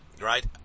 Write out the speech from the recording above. right